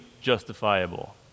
justifiable